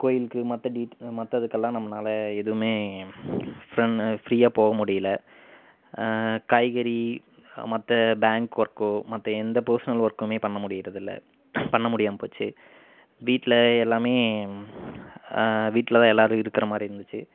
கோயிலுக்கு மற்ற டீட் மற்றதுக்கெல்லாம் நம்மனால் எதுவுமே ஃபிரென் ஃபிரீயாக போக முடியல காய்கறி மற்ற பேங்க் ஒர்க்கோ மற்ற எந்த பர்ஸ்னல் ஒர்க்குமே பண்ண முடிகிறது இல்லை பண்ண முடியாமல் போச்சு வீட்டில் எல்லாமே வீட்டில்தான் எல்லாேரும் இருக்கிற மாதிரி இருந்துச்சு